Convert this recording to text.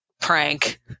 prank